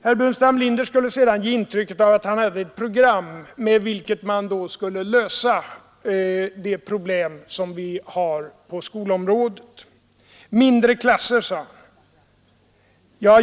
Herr Burenstam Linder skulle sedan ge intryck av att han hade ett program, med vilket man skulle lösa de problem som finns på skolområdet. Mindre klasser, sade han.